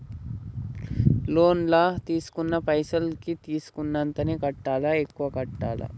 Loan లా తీస్కున్న పైసల్ కి తీస్కున్నంతనే కట్టాలా? ఎక్కువ కట్టాలా?